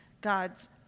God's